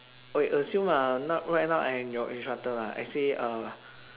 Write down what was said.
okay assume ah now right now I am your instructor lah I say uh